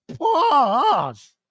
pause